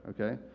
Okay